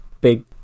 big